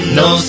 no